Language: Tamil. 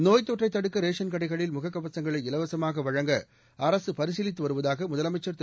நோய்த்தொற்றை தடுக்க ரேஷன் கடைகளில் முகக்கவசங்களை இலவசமாக வழங்க அரசு பரிசீலித்து வருவதாக முதலமைச்சா் திரு